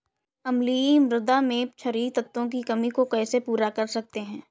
अम्लीय मृदा में क्षारीए तत्वों की कमी को कैसे पूरा कर सकते हैं?